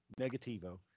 negativo